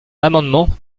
l’amendement